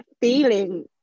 feeling